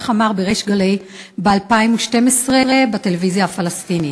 כך אמר בריש גלי ב-2012 בטלוויזיה הפלסטינית.